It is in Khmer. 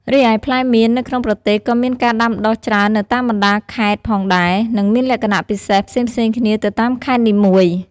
រីឯផ្លែមៀន នៅក្នុងប្រទេសក៏មានការដាំដុះច្រើននៅតាមបណ្ដាលខេត្តផងដែរ និងមានលក្ខណៈពិសេសផ្សេងៗគ្នាទៅតាមខេត្តនីមួយ។